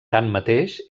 tanmateix